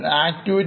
activity